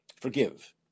forgive